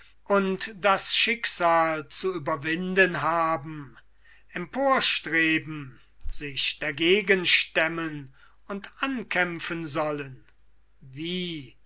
und das schicksal zu überwinden haben emporstreben sich dagegen stemmen und ankämpfen sollen wie